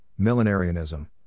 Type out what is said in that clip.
millenarianism